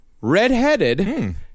redheaded